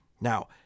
Now